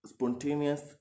Spontaneous